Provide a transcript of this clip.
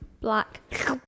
black